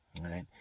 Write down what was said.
right